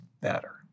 better